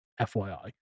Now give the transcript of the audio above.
FYI